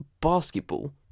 basketball